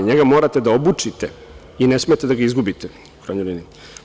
NJega morate da obučite, ne smete da ga izgubite, u krajnjoj liniji.